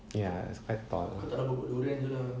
ya it's quite tall